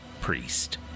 priest